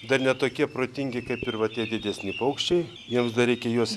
dar ne tokie protingi kaip ir va tie didesni paukščiai jiems dar reikia juos